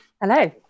Hello